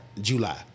July